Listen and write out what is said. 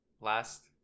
last